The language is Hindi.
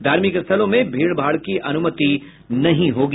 धार्मिक स्थलों में भीड़भाड़ की अनुमति नहीं होगी